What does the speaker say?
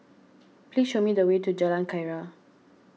please show me the way to Jalan Keria